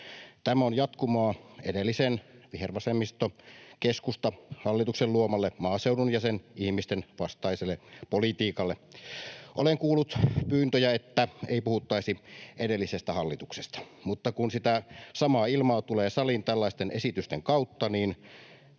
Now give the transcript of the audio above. Tämä on jatkumoa edellisen vihervasemmisto-keskustahallituksen luomalle maaseudun ja sen ihmisten vastaiselle politiikalle. Olen kuullut pyyntöjä, että ei puhuttaisi edellisestä hallituksesta, mutta kun sitä samaa ilmaa tulee saliin tällaisten esitysten kautta, niin